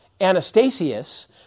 Anastasius